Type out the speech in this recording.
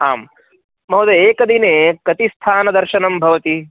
आं महोदय एकदिने कति स्थानदर्शनं भवति